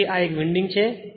જેમ કે આ એક વિન્ડિંગ છે